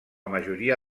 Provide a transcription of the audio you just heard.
majoria